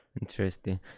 Interesting